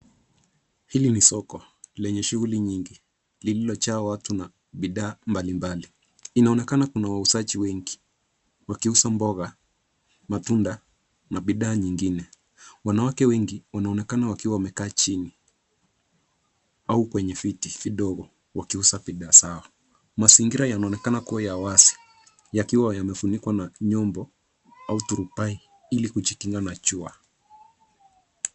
Hili ni soko lenye shuguli nyingi lililo jaa watu na bidhaa mbali mbali ina onekana kuna wauzaji wengi waki uza mboga, matunda na bidhaa nyingine wanawake wengi wanaonekana wakiwa wame kaa chini au kwenye viti vidogo wakiuza bidhaa zao, mazingira yanaonekana kuwa ya wazi yakiwa yamefunikwa na nyumbo au turubai ili kujikinga na jua.